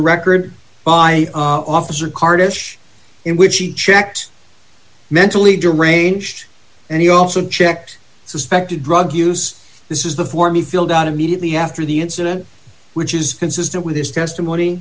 record by officer cartage in which he checked mentally deranged and he also checked suspected drug use this is the for me filled out immediately after the incident which is consistent with his testimony